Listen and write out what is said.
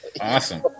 Awesome